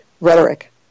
rhetoric